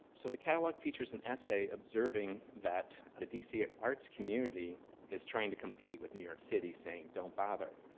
so the catalog features an essay observing that the dc ah arts community is trying to compete with new york city, saying, don't bother,